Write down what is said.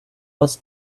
was